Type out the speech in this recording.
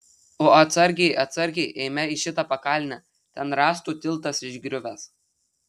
o atsargiai atsargiai eime į šitą pakalnę ten rąstų tiltas išgriuvęs